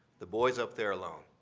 the boy is up there alone.